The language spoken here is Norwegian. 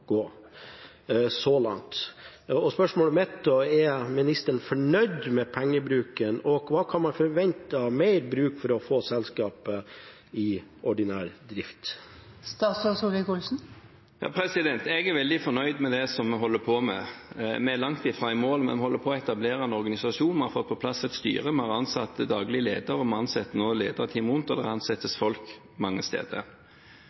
gå – så langt. Spørsmålet mitt er: Er ministeren fornøyd med pengebruken, og hva mer kan man forvente blir brukt for å få selskapet i ordinær drift? Jeg er veldig fornøyd med det som vi holder på med. Vi er langt fra i mål, men vi holder på å etablere en organisasjon – vi har fått på plass et styre, vi har ansatt daglig leder, vi ansetter nå lederteam rundt, og det ansettes folk mange steder.